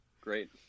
Great